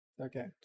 Okay